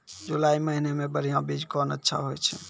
जुलाई महीने मे बढ़िया बीज कौन अच्छा होय छै?